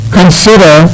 consider